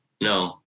no